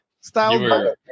style